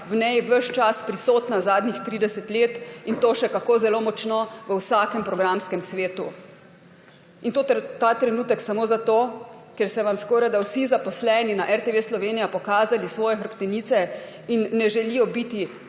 v njen ves čas prisotna zadnjih 30 let, in to še kako zelo močno, v vsakem programskem svetu. In to ta trenutek samo zato, ker so vam skorajda vsi zaposleni na RTV Slovenija pokazali svoje hrbtenice in ne želijo biti